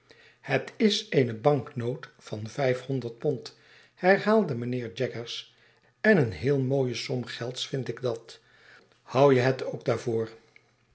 het is eene banknoot van vijfhonderd pond herhaalde mynheer jaggers en eene heel mooie som gelds vind ik dat houd jehetook daarvoor hoe